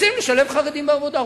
רוצים לשלב חרדים בעבודה.